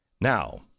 Now